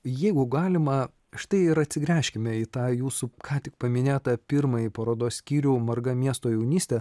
jeigu galima štai ir atsigręžkime į tą jūsų ką tik paminėtą pirmąjį parodos skyrių marga miesto jaunystė